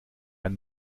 ein